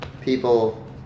People